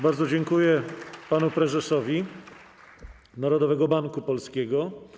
Bardzo dziękuję panu prezesowi Narodowego Banku Polskiego.